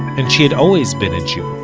and she had always been a jew